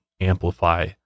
amplify